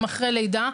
גם אחרי לידה.